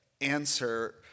answer